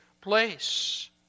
place